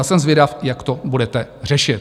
Jsem zvědav, jak to budete řešit.